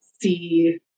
see